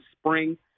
spring